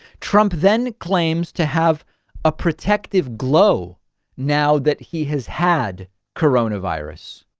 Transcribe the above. trump then claims to have a protective glow now that he has had corona virus.